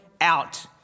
out